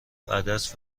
عدس